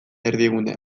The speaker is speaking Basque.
erdigunea